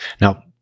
Now